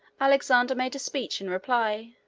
alexander made a speech in reply.